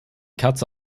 katze